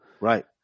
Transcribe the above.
right